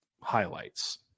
highlights